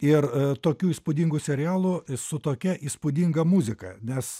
ir tokių įspūdingų serialų esu tokia įspūdinga muzika nes